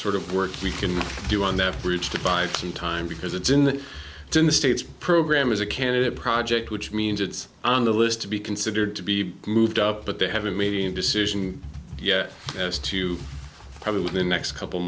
sort of work we can do on that bridge to buy some time because it's in the in the states program is a candidate project which means it's on the list to be considered to be moved up but they haven't made a decision yet as to you i mean with the next couple